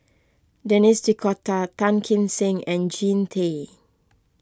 Denis D'Cotta Tan Kim Seng and Jean Tay